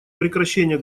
прекращение